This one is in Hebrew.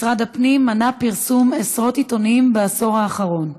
משרד הפנים מנע פרסום עשרות עיתונים בעשור האחרון.